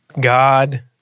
God